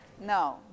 No